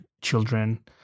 children